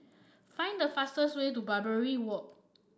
find the fastest way to Barbary Walk